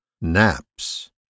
Naps